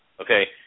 okay